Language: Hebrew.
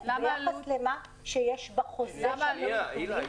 ביחס למה שיש בחוזה שעליו אתם חתומים.